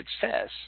success